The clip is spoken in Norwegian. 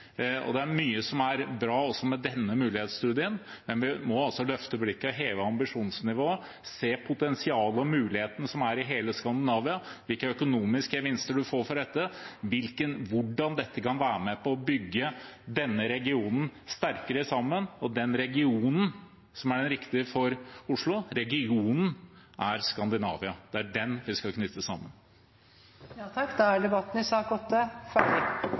og det er mye som er bra med denne mulighetsstudien. Men vi må altså løfte blikket og heve ambisjonsnivået, se potensialet og mulighetene som er i hele Skandinavia, hvilke økonomiske gevinster man får, hvordan dette kan være med på å bygge denne regionen sterkere sammen. Og den regionen som er den riktige for Oslo, er Skandinavia – det er den vi skal knytte sammen. Flere har ikke bedt om ordet til sak